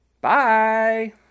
bye